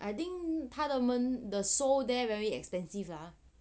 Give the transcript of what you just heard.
I think 他们的 seoul there very expensive lah